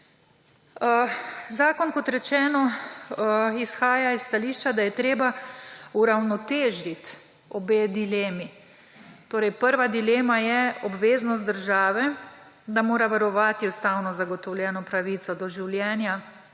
Zakon, kot rečeno, izhaja iz stališča, da je treba uravnotežiti obe dilemi. Prva dilema je obveznost države, da mora varovati ustavno zagotovljeno pravico do življenja